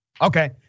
Okay